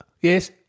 Yes